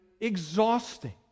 Exhausting